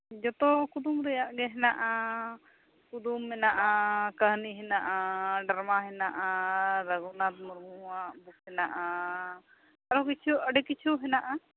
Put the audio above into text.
ᱡᱚᱛᱚ ᱠᱩᱫᱩᱢ ᱨᱮᱭᱟᱜ ᱜᱮ ᱦᱮᱱᱟᱜᱼᱟ ᱠᱩᱫᱩᱢ ᱢᱮᱱᱟᱜᱼᱟ ᱠᱟᱹᱦᱱᱤ ᱦᱮᱱᱟᱜᱼᱟ ᱰᱨᱟᱢᱟ ᱦᱮᱱᱟᱜᱼᱟ ᱨᱟᱹᱜᱷᱩᱱᱟᱛᱷ ᱢᱩᱨᱢᱩᱣᱟᱜ ᱵᱩᱠ ᱦᱮᱱᱟᱜᱼᱟ ᱟᱨᱚ ᱠᱤᱪᱷᱩ ᱟᱹᱰᱤ ᱠᱤᱪᱷᱩ ᱦᱮᱱᱟᱜᱼᱟ